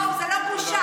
בואו, זה לא בושה?